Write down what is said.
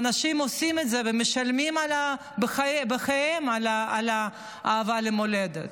ואנשים עושים את זה ומשלמים בחייהם על האהבה למולדת.